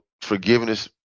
forgiveness